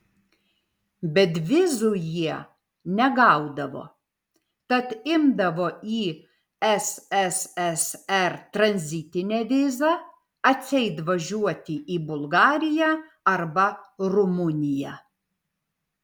bet vizų jie negaudavo tad imdavo į sssr tranzitinę vizą atseit važiuoti į bulgariją arba rumuniją